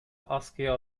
askıya